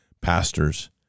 pastors